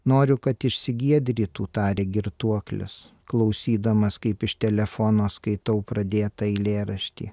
noriu kad išsigiedrytų tarė girtuoklis klausydamas kaip iš telefono skaitau pradėtą eilėraštį